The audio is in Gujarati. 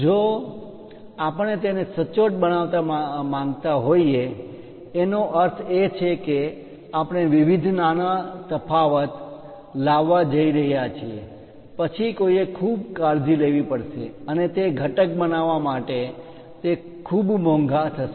જો કે જો આપણે તેને સચોટ બનાવવા માંગતા હોઈએ એનો અર્થ એ કે આપણે વિવિધ નાનો તફાવત લાવવા જઈ રહ્યા છીએ પછી કોઈએ ખૂબ કાળજી લેવી પડશે અને તે ઘટક બનાવવા માટે તે ખૂબ મોંઘા થશે